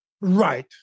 Right